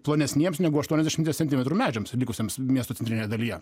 plonesniems negu aštuoniasdešimties centimetrų medžiams likusiems miesto centrinėje dalyje